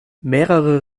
mehrere